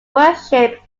worship